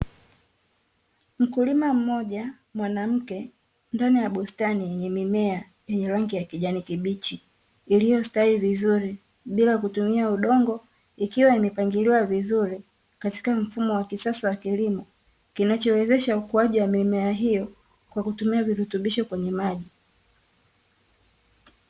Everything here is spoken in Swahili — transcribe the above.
Mkulima mwanamke ndani ya bustani yenye mimea, yenye rangi ya kijani kibichi iliyostawi vizuri bila kutumia udongo ikiwa imepangiliwa vizuri, katika mfumo wa kisasa wa kilimo kinachowezesha ukuaji wa mimea hiyo kwa kutumia virutubisho kwenye maji.